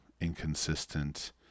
inconsistent